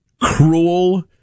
cruel